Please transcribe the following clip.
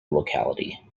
locality